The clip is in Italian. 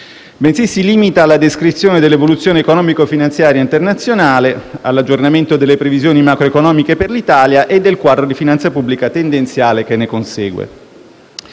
bensì si limita alla descrizione dell'evoluzione economico-finanziaria internazionale, all'aggiornamento delle previsioni macroeconomiche per l'Italia e del quadro di finanza pubblica tendenziale che ne consegue.